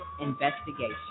Investigation